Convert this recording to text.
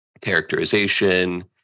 characterization